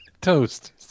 toast